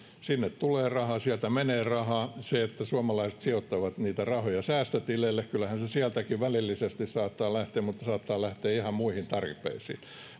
sinne tulee rahaa sieltä menee rahaa suomalaiset sijoittavat rahaa säästötileille ja kyllähän se sieltäkin välillisesti saattaa lähteä saattaa lähteä ihan muihin tarpeisiin